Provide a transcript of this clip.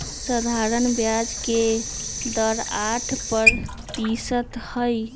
सधारण ब्याज के दर आठ परतिशत हई